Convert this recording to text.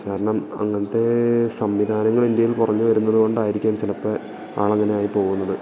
കാരണം അങ്ങനത്തെ സംവിധാനങ്ങൾ ഇന്ത്യയിൽ കുറഞ്ഞു വരുന്നതുകൊണ്ടായിരിക്കും ചിലപ്പോള് ആളങ്ങനെയായിപ്പോകുന്നത്